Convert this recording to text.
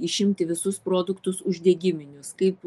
išimti visus produktus uždegiminius kaip